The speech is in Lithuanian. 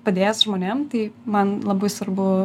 padės žmonėm tai man labai svarbu